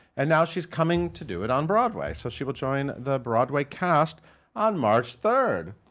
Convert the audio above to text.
and now she's coming to do it on broadway. so she will join the broadway cast on march third.